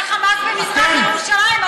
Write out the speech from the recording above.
הוא מגן על החמאס, על חמאס של מזרח ירושלים.